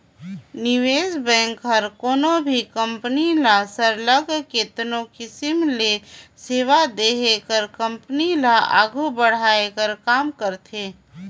निवेस बेंक हर कोनो भी कंपनी ल सरलग केतनो किसिम ले सेवा देहे कर कंपनी ल आघु बढ़ाए कर काम करथे